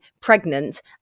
pregnant